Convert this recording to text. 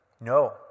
No